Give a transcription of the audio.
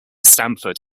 stamford